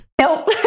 Nope